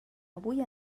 avui